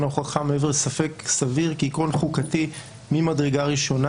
ההוכחה מעבר לספק סביר כעיקרון חוקתי ממדרגה ראשונה.